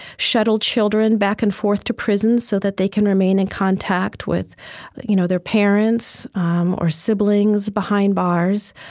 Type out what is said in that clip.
shuttle children back and forth to prison so that they can remain in contact with you know their parents um or siblings behind bars,